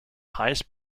highest